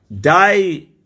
die